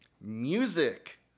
Music